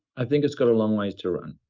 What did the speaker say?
i think it's got long ways to run.